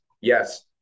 yes